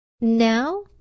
Now